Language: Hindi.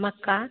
मक्का